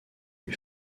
lui